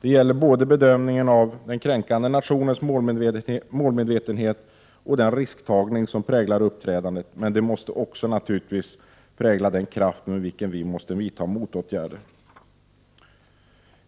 Det gäller både bedömningen av den kränkande nationens målmedvetenhet och den risktagning som präglar uppträdandet. Det måste naturligtvis också prägla den kraft med vilken vi måste vidta motåtgärder.